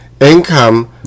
income